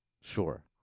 sure